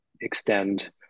extend